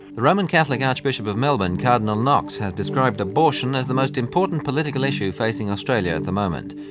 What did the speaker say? the roman catholic archbishop of melbourne cardinal knox has described abortion as the most important political issue facing australia at the moment.